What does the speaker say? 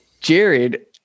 Jared